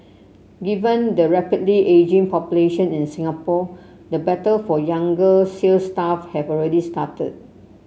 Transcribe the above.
given the rapidly ageing population in Singapore the battle for younger sale staff have already started